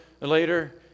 later